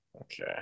Okay